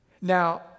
Now